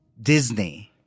Disney